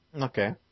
Okay